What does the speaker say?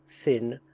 thin,